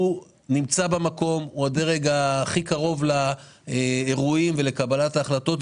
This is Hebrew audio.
כי הוא זה שנמצא במקום והוא הדרג הכי קרוב לאירועים ולקבלת ההחלטות.